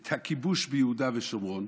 את הכיבוש ביהודה ושומרון,